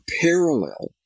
parallel